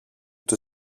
του